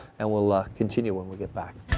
and we'll ah continue when we get back.